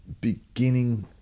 beginning